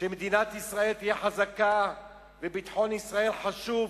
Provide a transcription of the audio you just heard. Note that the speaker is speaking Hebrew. שמדינת ישראל תהיה חזקה ואמר שביטחון ישראל חשוב.